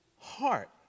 heart